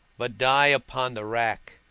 but die upon the rack,